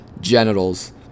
genitals